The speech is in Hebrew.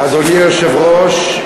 אדוני היושב-ראש,